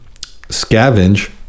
scavenge